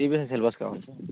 CBSE syllabus కావలి sir